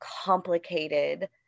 complicated